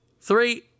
Three